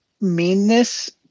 meanness